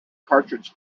cartridge